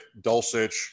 Dulcich